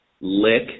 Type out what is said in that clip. lick